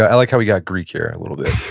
i like how we got greek here a little bit.